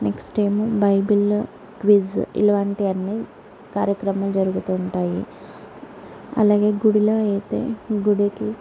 next ఏమో బైబిల్లో quiz ఇలాంటివన్నీ కార్యక్రమం జరుగుతూ ఉంటాయి అలాగే గుడిలో అయితే గుడికి